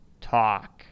talk